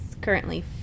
currently